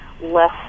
less